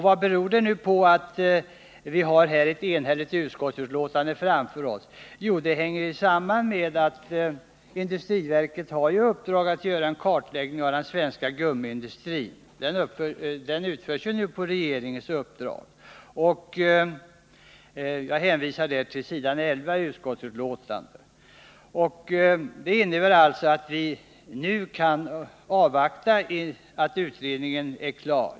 Vad beror det på att vi har ett enhälligt utskottsbetänkande? Jo, det hänger samman med att industriverket har regeringens uppdrag att göra en kartläggning av den svenska gummiindustrin. Jag hänvisar i det sammanhanget till s. 11 i utskottsbetänkandet. Vi får alltså avvakta utredningens resultat.